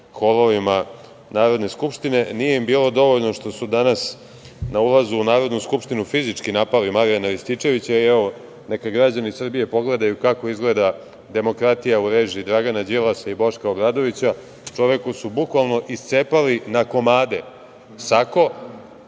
holovima Narodne skupštine. Nije im bilo dovoljno što su danas na ulazu u Narodnu skupštinu fizički napali Marijana Rističevića. I, evo, neka građani Srbije pogledaju kako izgleda demokratija u režiji Dragana Đilasa i Boška Obradovića. Čoveku su bukvalno iscepali na komade sako.